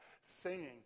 singing